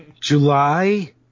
July